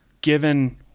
given